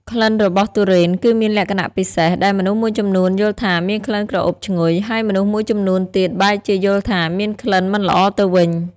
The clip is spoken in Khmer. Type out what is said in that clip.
ក្លិនរបស់ទុរេនគឺមានលក្ខណៈពិសេស ដែលមនុស្សមួយចំនួនយល់ថាមានក្លិនក្រអូបឈ្ងុយ ហើយមនុស្សមួយចំនួនទៀតបែរជាយល់ថាមានក្លិនមិនល្អទៅវិញ។